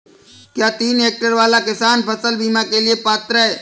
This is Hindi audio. क्या तीन हेक्टेयर वाला किसान फसल बीमा के लिए पात्र हैं?